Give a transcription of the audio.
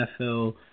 NFL